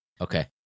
Okay